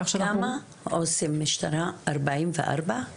כמה עו"סי משטרה, ארבעים וארבעה